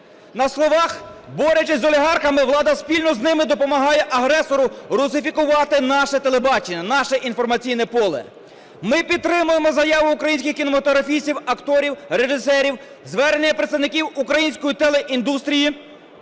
На словах борючись з олігархами, влада спільно з ними допомагає агресору русифікувати наше телебачення, наше інформаційне поле. Ми підтримуємо заяву українських кінематографістів, акторів, режисерів, звернення представників української телеіндустрії,